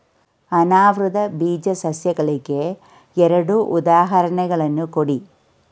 ಅನಾವೃತ ಬೀಜ ಸಸ್ಯಗಳಿಗೆ ಎರಡು ಉದಾಹರಣೆಗಳನ್ನು ಕೊಡಿ